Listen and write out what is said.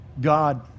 God